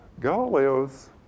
Galileo's